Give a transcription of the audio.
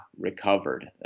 recovered